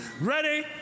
Ready